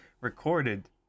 recorded